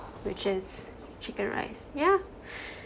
which is chicken rice yeah